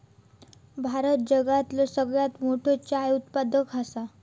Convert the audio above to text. भारत जगातलो सगळ्यात मोठो चाय उत्पादक हा